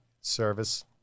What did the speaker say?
service